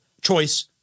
choice